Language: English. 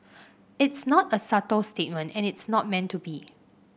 it's not a subtle statement and it's not meant to be